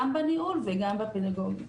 גם בניהול וגם בפדגוגיה.